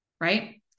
Right